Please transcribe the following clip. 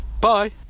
Bye